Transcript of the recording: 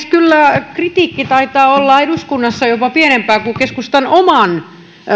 kyllä kritiikki taitaa olla eduskunnassa jopa pienempää kuin keskustan oman